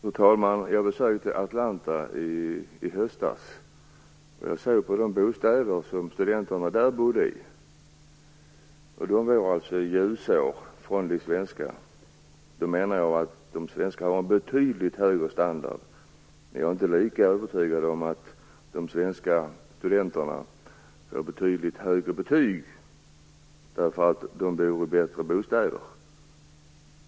Fru talman! Jag besökte Atlanta i höstas. Jag såg på de bostäder som studenterna där bodde i. De var ljusår från de svenska, och då menar jag att de svenska har betydligt högre standard. Jag är dock inte lika övertygad om att de svenska studenterna får betydligt högre betyg därför att de bor i betydligt bättre bostäder.